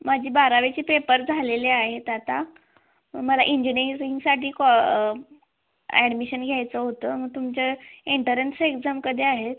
माझी बारावीचे पेपर झालेले आहेत आता मला इंजेनेअरिंगसाठी कॉ ॲडमिशन घ्यायचं होतं मग तुमच्या एन्टरन्स एक्झाम कधी आहेत